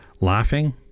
laughing